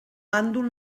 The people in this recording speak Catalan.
bàndol